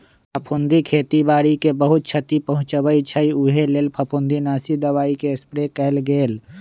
फफुन्दी खेती बाड़ी के बहुत छति पहुँचबइ छइ उहे लेल फफुंदीनाशी दबाइके स्प्रे कएल गेल